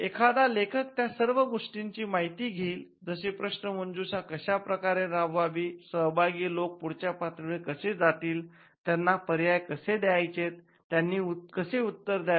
एखादा लेखक त्या सर्व गोष्टीची माहिती घेईल जसे प्रश्न मंजुषा कश्या प्रकारे राबवावी सहभागी लोक पुढच्या पातळीवर कसे जातील त्यांना पर्याय कसे द्यायचे त्यांनी कसे उत्तर दयावे